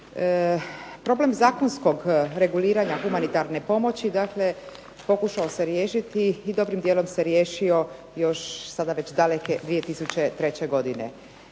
Problem zakonskog reguliranja humanitarne pomoći pokušao se riješiti i dobrim dijelom se riješio još daleke 2003. godine.